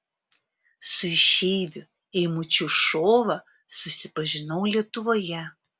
su išeiviu eimučiu šova susipažinau lietuvoje